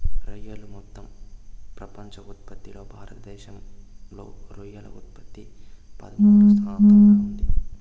రొయ్యలు మొత్తం ప్రపంచ ఉత్పత్తిలో భారతదేశంలో రొయ్యల ఉత్పత్తి పదమూడు శాతంగా ఉంది